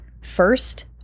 first